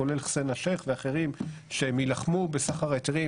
כולל חוסיין א-שייח' ואחרים שהם יילחמו בסחר ההיתרים.